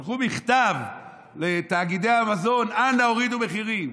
שלחו מכתב לתאגידי המזון: אנא הורידו מחירים.